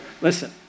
listen